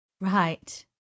Right